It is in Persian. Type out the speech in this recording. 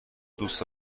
دوست